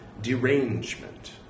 derangement